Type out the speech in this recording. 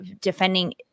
Defending